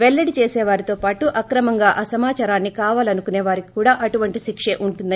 పెల్లడి చేసేవారితో పాటు అక్రమంగా ఆ సమాచారాన్ని కావాలనుకోసే వారికి అటువంటి శిక్షే ఉంటుంది